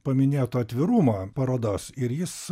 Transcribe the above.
paminėto atvirumo parodos ir jis